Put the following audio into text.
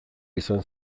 izan